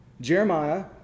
Jeremiah